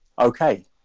Okay